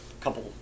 couple